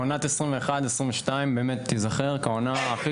עונת 2021-2022 באמת תיזכר כעונה הכי